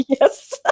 Yes